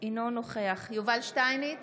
נוכח יובל שטייניץ,